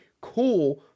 cool